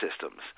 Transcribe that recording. systems